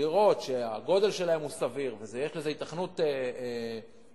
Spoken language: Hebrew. בדירות שהגודל שלהן סביר ויש לזה היתכנות תכנונית,